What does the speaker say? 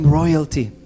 royalty